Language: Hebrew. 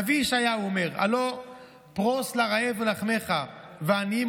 הנביא ישעיהו אומר: "הלוא פרֹס לרעב לחמך ועניים